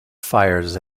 fires